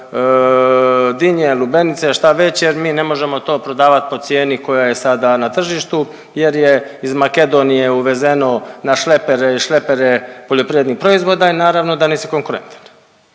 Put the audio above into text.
dinje, lubenice, šta već jer mi ne možemo to prodavat po cijeni koja je sada na tržištu jer je iz Makedonije uvezeno na šlepere i šlepere poljoprivrednih proizvoda i naravno da nisi konkurentan.